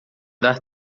dar